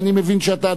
אני מבין שאתה,